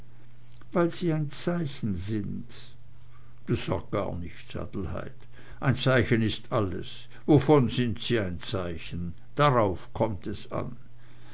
weil sie ein zeichen sind das sagt gar nichts adelheid ein zeichen ist alles wovon sind sie ein zeichen darauf kommt es an